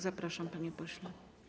Zapraszam, panie pośle.